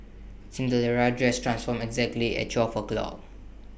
Cinderella's dress transformed exactly at twelve o'clock